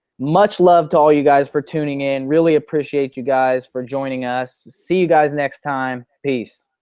much love to all you guys for tuning in, really appreciate you guys for joining us. see you guys next time, peace.